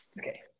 Okay